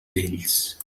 vells